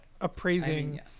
appraising